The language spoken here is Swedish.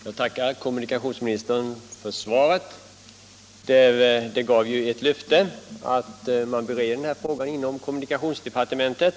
Fru talman! Jag tackar kommunikationsministern för svaret, som ju upplyser om att man bereder denna fråga i kommunikationsdepartementet.